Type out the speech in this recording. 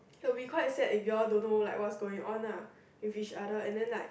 we quite sad if you all don't know like what's going on lah with each other and then like